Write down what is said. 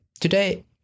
Today